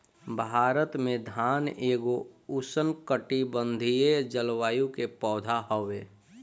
भारत में धान एगो उष्णकटिबंधीय जलवायु के पौधा हवे